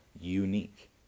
unique